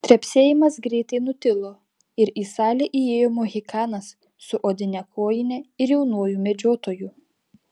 trepsėjimas greitai nutilo ir į salę įėjo mohikanas su odine kojine ir jaunuoju medžiotoju